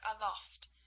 aloft